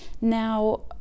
now